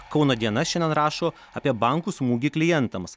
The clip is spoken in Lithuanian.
kauno diena šiandien rašo apie bankų smūgį klientams